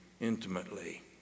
intimately